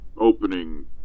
opening